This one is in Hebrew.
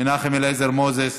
מנחם אליעזר מוזס,